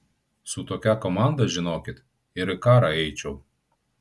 su tokia komanda žinokit ir į karą eičiau